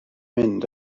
mynd